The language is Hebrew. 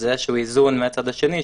אז זה איזשהו איזון מהצד השני,